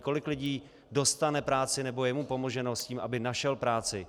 Kolik lidí dostane práci nebo je jim pomoženo s tím, aby našli práci?